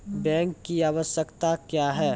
Bank की आवश्यकता क्या हैं?